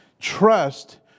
trust